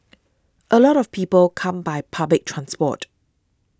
a lot of people come by public transport